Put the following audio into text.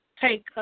take